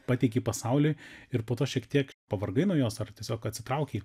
pateikei pasauliui ir po to šiek tiek pavargai nuo jos ar tiesiog atsitraukei